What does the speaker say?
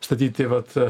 statyti vat